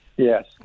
Yes